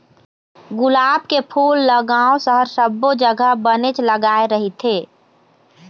गुलाब के फूल ल गाँव, सहर सब्बो जघा बनेच लगाय रहिथे